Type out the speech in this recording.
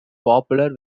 popular